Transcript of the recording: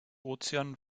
ozean